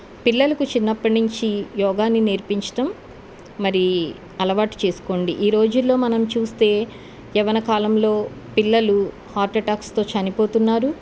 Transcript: పిల్లలకు చిన్నప్పటి నుంచి యోగాని నేర్పించడం మరి అలవాటు చేసుకోండి ఈ రోజులలోమనం చూస్తే యవ్వన కాలంలో పిల్లలు హార్ట్ ఎటాక్స్తో చనిపోతున్నారు